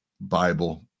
Bible